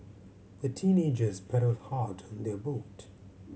the teenagers paddled hard on their boat